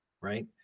Right